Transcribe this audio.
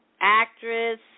actress